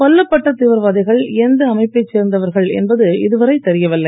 கொல்லப்பட்ட தீவிரவாதிகள் எந்த அமைப்பைச் சேர்ந்தவர்கள் என்பது இதுவரை தெரியவில்லை